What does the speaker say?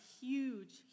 huge